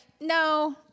no